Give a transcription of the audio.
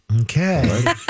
Okay